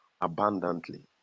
abundantly